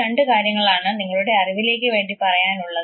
എനിക്ക് രണ്ടു കാര്യങ്ങളാണ് നിങ്ങളുടെ അറിവിലേക്ക് വേണ്ടി പറയാനുള്ളത്